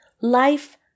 Life